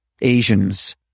Asians